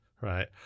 right